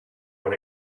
when